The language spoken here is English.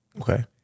Okay